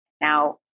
now